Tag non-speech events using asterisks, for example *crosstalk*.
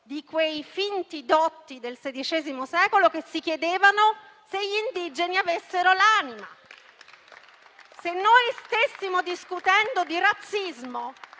di quei finti dotti del Sedicesimo secolo, che si chiedevano se gli indigeni avessero l'anima. *applause* Se noi stessimo discutendo di razzismo,